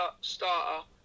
starter